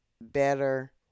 better